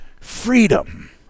freedom